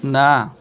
ନା